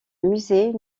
musée